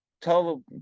tell